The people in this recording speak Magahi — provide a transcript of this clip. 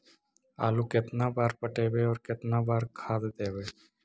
आलू केतना बार पटइबै और केतना बार खाद देबै?